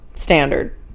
standard